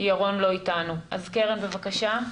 ירון לא איתנו, אז קרן, בבקשה.